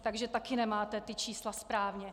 Takže taky nemáte ta čísla správně.